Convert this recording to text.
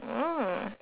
oh